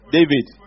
David